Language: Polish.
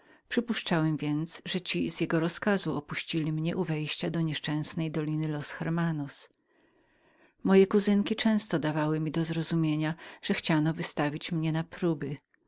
przypuszczam więc że ci z jego rozkazu opuścili mnie na wstępie do nieszczęsnej doliny los hermanos moje kuzynki często dały mi do zrozumienia że chciano wystawić mnie na próby